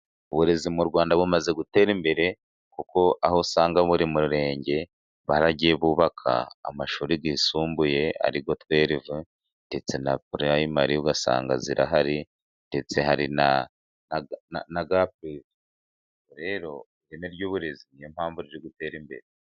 Uburezi mu Rwanda bumaze gutera imbere, kuko aho usanga buri murenge baragiye bubaka amashuri yisumbuye, ariko tuwereve ndetse na prayimari usanga zihari, ndetse hari na gap. Rero ireme ry'uburezi ni yo mpamvu riri gutera imbere.